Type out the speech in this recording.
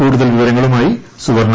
കൂടുതൽ വിവരങ്ങളുമായി സുവർണ